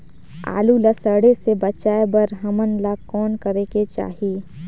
आलू ला सड़े से बचाये बर हमन ला कौन करेके चाही?